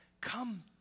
come